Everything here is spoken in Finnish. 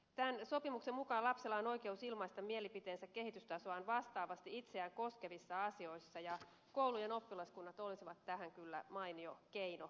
tämän sopimuksen mukaan lapsella on oikeus ilmaista mielipiteensä kehitystasoaan vastaavasti itseään koskevissa asioissa ja koulujen oppilaskunnat olisivat tähän kyllä mainio keino